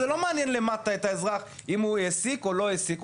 זה לא מעניין למטה את האזרח אם הוא העסיק או לא העסיק.